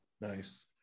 nice